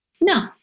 No